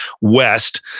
west